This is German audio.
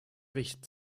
wicht